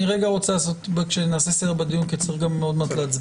אני רוצה לעשות סדר בדיון כי צריך גם להצביע.